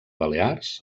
balears